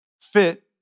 fit